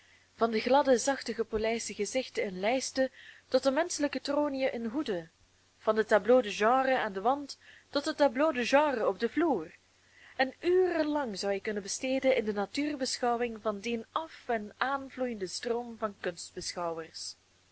van de gladde zachte gepolijste gezichten in lijsten tot de menschelijke troniën in hoeden van de tableaux de genre aan den wand tot de tableaux de genre op den vloer en uren lang zou ik kunnen besteden in de natuurbeschouwing van dien af en aanvloeienden stroom van